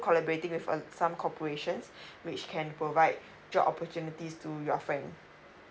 collaborating with uh some corporations which can provide job opportunities to your friend